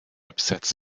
upsets